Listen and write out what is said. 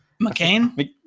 McCain